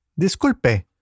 Disculpe